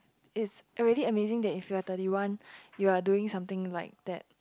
it's already amazing that if you are thirty one you are doing something like that